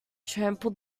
trample